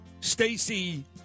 Stacey